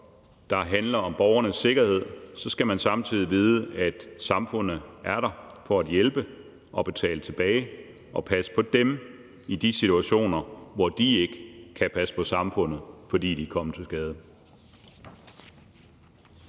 der handler om borgernes sikkerhed, så skal man samtidig vide, at samfundet er der for at hjælpe og betale tilbage og passe på en i de situationer, hvor man ikke kan passe på samfundet, fordi man er kommet til skade.